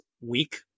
weak